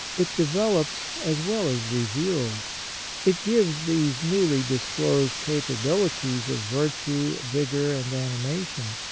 it develops as well as reveals it gives these newly disclosed capabilities of virtue, vigour and animation.